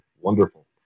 wonderful